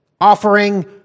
offering